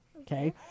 okay